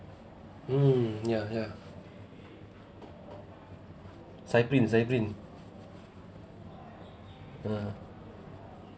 mm ya ya ah